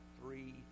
three